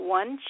one